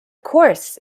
course